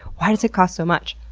why does it cost so much?